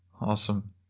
Awesome